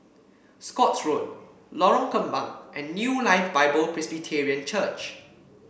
Scotts Road Lorong Kembang and New Life Bible Presbyterian Church